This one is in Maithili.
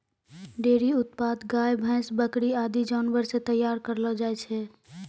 डेयरी उत्पाद गाय, भैंस, बकरी आदि जानवर सें तैयार करलो जाय छै